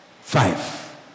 Five